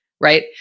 Right